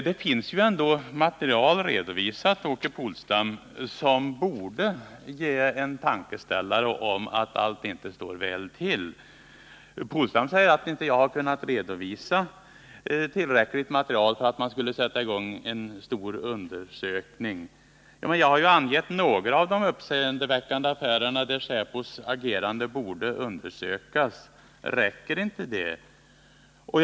Det finns ju ändå material redovisat, Åke Polstam, som borde ge en tankeställare och en misstanke om att allt inte står rätt till. Åke Polstam säger att jag inte kunnat visa tillräckligt med material för att man skulle sätta i gång en stor undersökning. Men jag har ju angett några av de uppseendeväckande affärerna där säpos agerande borde undersökas. Räcker inte dessa?